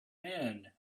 man